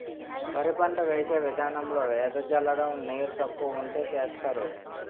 వరి పంట వేసే విదానంలో ఎద జల్లడం నీరు తక్కువ వుంటే సేస్తరు